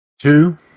Two